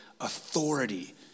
authority